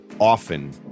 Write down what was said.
often